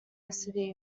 city